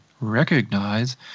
recognize